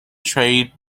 trade